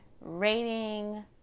rating